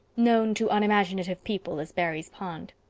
known to unimaginative people as barry's pond.